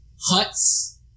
huts